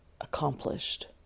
accomplished